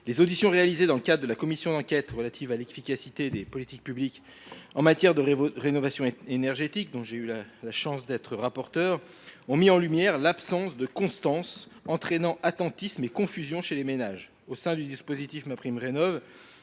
Les auditions réalisées dans le cadre de la commission d’enquête sur l’efficacité des politiques publiques en matière de rénovation énergétique, dont j’ai été le rapporteur, ont mis en lumière l’absence de constance, entraînant attentisme et confusion chez les ménages. Au sein du dispositif MaPrimeRénov’,